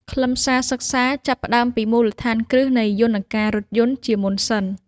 ខ្លឹមសារសិក្សាចាប់ផ្តើមពីមូលដ្ឋានគ្រឹះនៃយន្តការរថយន្តជាមុនសិន។